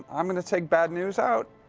um i'm going to take bad news out,